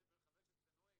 ילד בן 15 נוהג,